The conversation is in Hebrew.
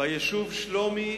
ביישוב שלומי,